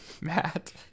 Matt